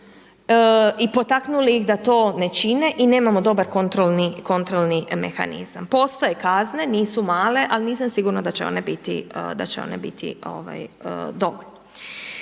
i potaknuli ih da to ne čine i nemamo dobar kontrolni mehanizam. Postoje kazne, nisu male, ali nisam sigurna da će one biti dovoljne.